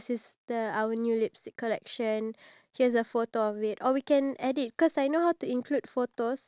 so that when people watch our video they know that we are like legit sellers